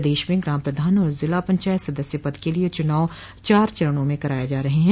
प्रदेश में ग्राम प्रधान और जिला पंचायत सदस्य पद के लिये चुनाव चार चरणों में कराये जा रहे है